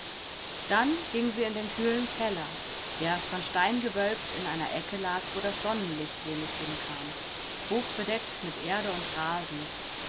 dann ging sie in den kühlen keller der von stein gewölbt in einer ecke lag wo das sonnenlicht wenig hinkam hochbedeckt mit erde und rasen